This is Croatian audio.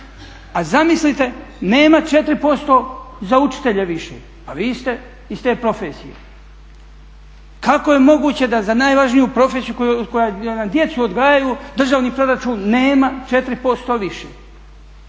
A zamislite nema 4% za učitelje više, a vi ste iz te profesije. Kako je moguće da za najvažniju profesiju koja nam djecu odgajaju državni proračun nema 4% više?